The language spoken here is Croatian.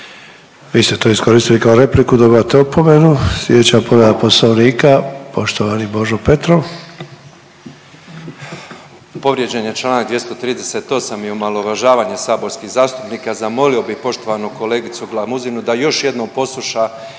Vi ste to iskoristili kao repliku, dobivate opomenu. Sljedeća povreda Poslovnika, poštovani Božo Petrov. **Petrov, Božo (MOST)** Povrijeđen je čl. 238 i omalovažavanje saborskih zastupnika. Zamolio bih poštovanu kolegicu Glamuzinu da još jednom posluša